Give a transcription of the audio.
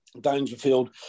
Dangerfield